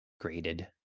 graded